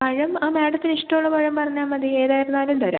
പഴം ആ മേഡത്തിന് ഇഷ്ടമുള്ള പഴം പറഞ്ഞാൽ മതി ഏതായിരുന്നാലും തരാം